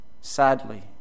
sadly